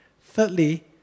Thirdly